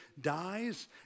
dies